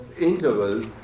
intervals